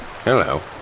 Hello